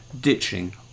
ditching